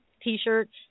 t-shirts